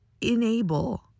enable